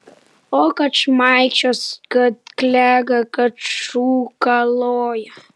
o kad šmaikščios kad klega kad šūkaloja